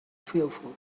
fearful